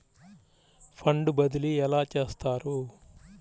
Fund బదిలీ ఎలా చేస్తారు?